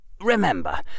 Remember